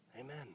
Amen